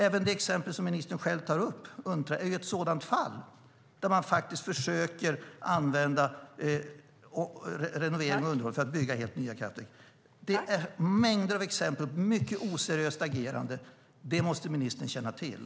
Även det exempel som ministern själv tar upp är ett sådant fall där man försöker använda renovering och underhåll för att bygga helt nya kraftverk. Det finns mängder av exempel på mycket oseriöst agerande. Det måste ministern känna till.